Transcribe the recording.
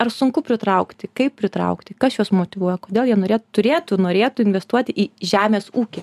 ar sunku pritraukti kaip pritraukti kas juos motyvuoja kodėl jie norė turėtų norėtų investuoti į žemės ūkį